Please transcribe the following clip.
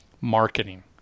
marketing